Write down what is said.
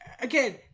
again